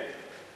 כן.